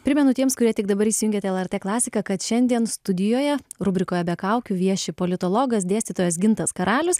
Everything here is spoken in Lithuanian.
primenu tiems kurie tik dabar įsijungėte lrt klasiką kad šiandien studijoje rubrikoje be kaukių vieši politologas dėstytojas gintas karalius